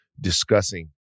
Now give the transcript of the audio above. discussing